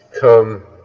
come